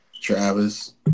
Travis